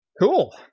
Cool